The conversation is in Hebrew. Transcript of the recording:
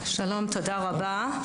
שלום, תודה רבה.